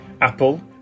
Apple